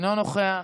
אינו נוכח,